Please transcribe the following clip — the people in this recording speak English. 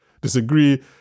disagree